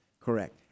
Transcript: Correct